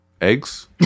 eggs